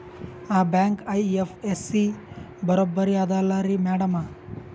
ಆ bank IFSC ಬರೊಬರಿ ಅದಲಾರಿ ಮ್ಯಾಡಂ?